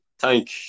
Thank